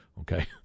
okay